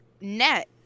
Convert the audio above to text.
net